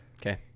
Okay